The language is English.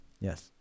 yes